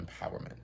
empowerment